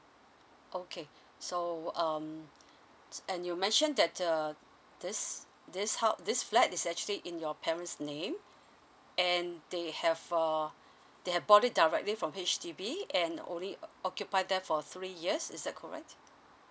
okay so um and you mention that err this this help this flat is actually in your parents name and they have err they have bought it directly from H_D_B and only occupy there for three years is that correct